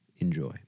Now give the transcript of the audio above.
Enjoy